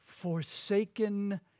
Forsaken